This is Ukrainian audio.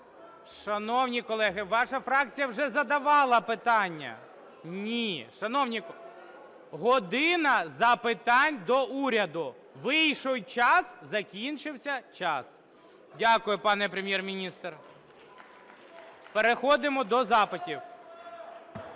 Шановні колеги, ваша фракція вже задавала питання. Ні! Шановні колеги, "година запитань до Уряду". Вийшов час – закінчився час. Дякую, пане Прем'єр-міністре. Переходимо до запитів.